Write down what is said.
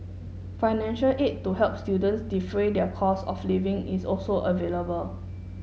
financial aid to help students defray their costs of living is also available